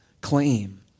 claim